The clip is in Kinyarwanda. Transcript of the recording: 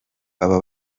baba